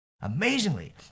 Amazingly